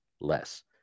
less